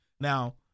now